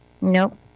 Nope